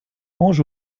ange